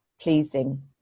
pleasing